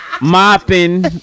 mopping